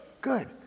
good